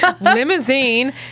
Limousine